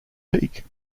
peak